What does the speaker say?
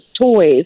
toys